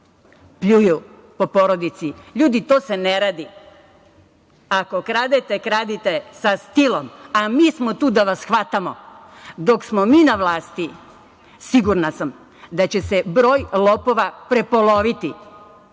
pljuju po porodici. Ljudi, to se ne radi. Ako kradete, kradite sa stilom, a mi smo tu da vas hvatamo. Dok smo mi na vlasti sigurna sam da će se broj lopova prepoloviti.